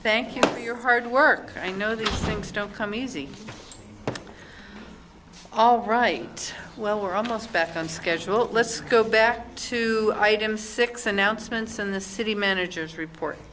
thank you for your hard work i know these things don't come easy all right well we're almost back on schedule let's go back to item six announcements and the city managers report